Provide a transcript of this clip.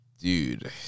Dude